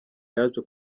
yaje